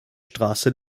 straße